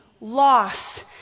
loss